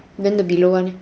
then the below one leh